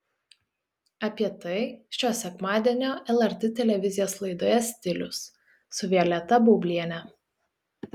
apie tai šio sekmadienio lrt televizijos laidoje stilius su violeta baubliene